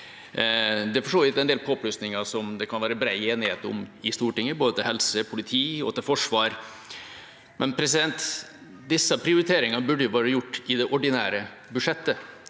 Det er for så vidt en del påplussinger det kan være bred enighet om i Stortinget, til både helse, politi og forsvar, men disse prioriteringene burde vært gjort i det ordinære budsjettet,